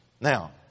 Now